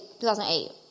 2008